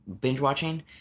binge-watching